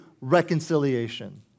reconciliation